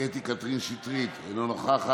קטי קטרין שטרית, אינה נוכחת,